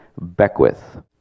Beckwith